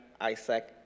Isaac